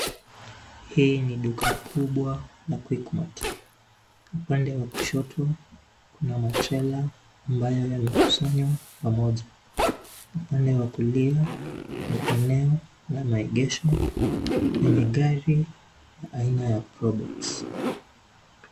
Hii ni duka kubwa la QuickMart. Upande wa kushoto kuna matrela ambayo yamekusanywa pamoja. Upande wa kulia ni eneo la maegesho lenye gari ya aina ya [Probox].